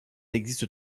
existe